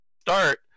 start